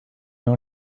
know